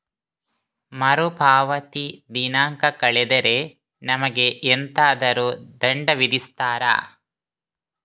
ಮರುಪಾವತಿ ದಿನಾಂಕ ಕಳೆದರೆ ನಮಗೆ ಎಂತಾದರು ದಂಡ ವಿಧಿಸುತ್ತಾರ?